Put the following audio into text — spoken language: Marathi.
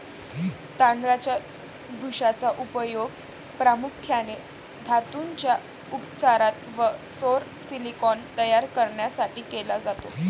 तांदळाच्या भुशाचा उपयोग प्रामुख्याने धातूंच्या उपचारात व सौर सिलिकॉन तयार करण्यासाठी केला जातो